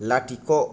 लाथिख'